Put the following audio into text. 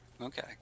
Okay